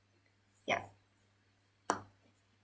yup